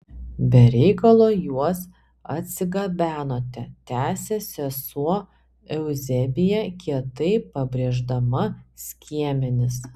be reikalo juos atsigabenote tęsė sesuo euzebija kietai pabrėždama skiemenis